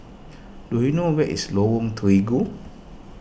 do you know where is Lorong Terigu